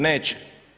Neće.